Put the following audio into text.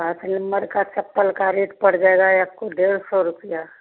पाँच नम्बर का चप्पल का रेट पड़ जाएगा आपको डेढ़ सौ रुपया